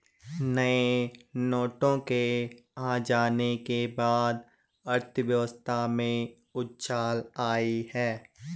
नए नोटों के आ जाने के बाद अर्थव्यवस्था में उछाल आयी है